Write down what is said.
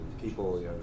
people